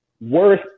worth